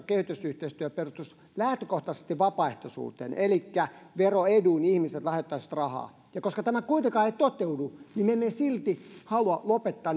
kehitysyhteistyö perustuisi lähtökohtaisesti vapaaehtoisuuteen elikkä veroedun kun ihmiset lahjoittavat rahaa ja vaikka tämä kuitenkaan ei toteudu me emme silti halua lopettaa